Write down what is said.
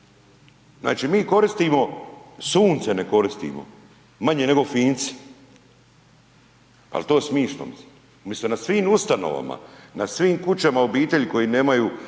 Znači mi koristimo, Sunce ne koristimo, manje nego Finci. Al to smišno, mislim? Umjesto na svim ustanovama, na svim kućama obitelji koji nemaju